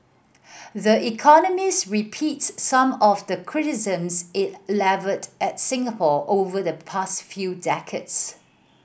the Economist repeats some of the criticisms it levelled at Singapore over the past few decades